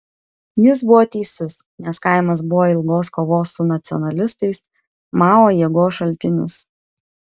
jis buvo teisus nes kaimas buvo ilgos kovos su nacionalistais mao jėgos šaltinis